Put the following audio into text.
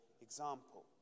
example